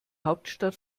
hauptstadt